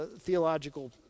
theological